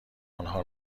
آنها